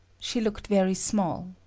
she looked very small.